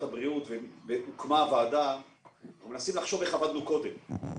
הבריאות והוקמה הוועדה אנחנו מנסים לחשוב איך עבדנו קודם,